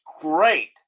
great